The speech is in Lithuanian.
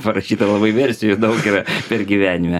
parašyta labai versijų daug yra ir gyvenime